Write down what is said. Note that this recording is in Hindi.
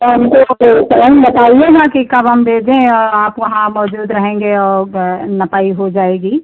और हमको तो तुरंत बताइएगा कि कब हम भेजें और आप वहाँ मौजूद रहेंगे और नपाई हो जाएगी